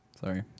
Sorry